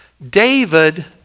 David